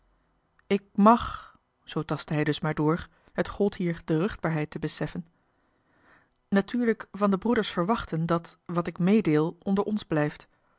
ik mag zoo tastte hij dus maar door het gold hier de ruchtbaarheid te beseffen natuurlijk van de broeders verwachten dat wat ik meedeel onder ons blijft